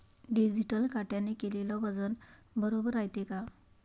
Digital काट्याने केलेल वजन बरोबर रायते का?